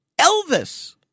Elvis –